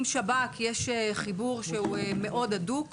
עם שב"כ יש חיבור שהוא מאוד הדוק.